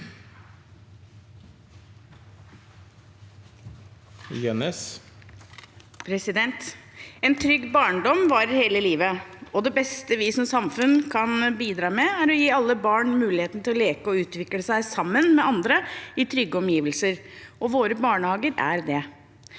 En trygg barn- dom varer hele livet, og det beste vi som samfunn kan bidra med, er å gi alle barn muligheten til å leke og utvikle seg sammen med andre i trygge omgivelser. Våre barnehager er det.